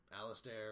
Alistair